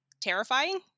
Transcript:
terrifying